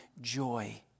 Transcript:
joy